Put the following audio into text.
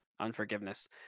unforgiveness